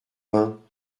vin